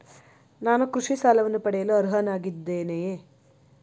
ನಾನು ಕೃಷಿ ಸಾಲವನ್ನು ಪಡೆಯಲು ಅರ್ಹನಾಗಿದ್ದೇನೆಯೇ?